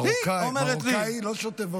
היא אומרת לי, אתה מרוקאי, מרוקאי לא שותה וודקה.